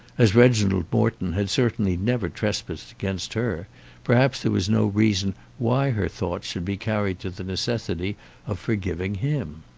as reginald morton had certainly never trespassed against her perhaps there was no reason why her thoughts should be carried to the necessity of forgiving him.